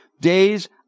days